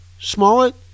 Smollett